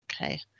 okay